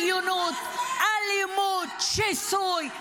בריונות אלימות שיסוי,